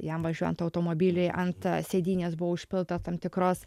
jam važiuojant automobily ant sėdynės buvo užpilta tam tikros